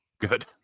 Good